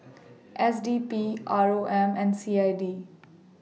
S D P R O M and C I D